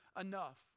enough